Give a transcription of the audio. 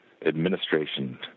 administration